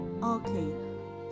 Okay